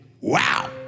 Wow